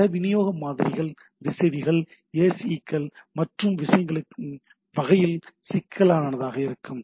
பல விநியோக மாதிரிகள் திசைவிகள் ACL கள் மற்றும் விஷயங்களின் வகைகளுடன் சிக்கலானதாக இருக்கலாம்